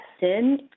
sin